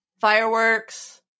Fireworks